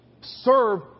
serve